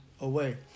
away